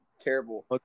terrible